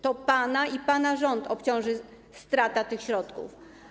To pana i pana rząd obciąży strata tych środków.